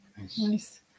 Nice